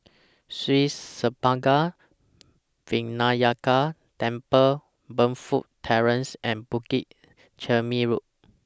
Sri Senpaga Vinayagar Temple Burnfoot Terrace and Bukit Chermin Road